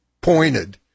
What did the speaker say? pointed